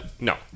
No